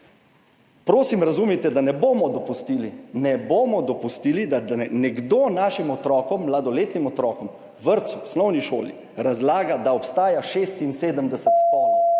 Prosim razumite, da ne bomo dopustili, da nekdo našim mladoletnim otrokom v vrtcu, osnovni šoli razlaga, da obstaja 76 spolov.